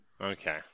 Okay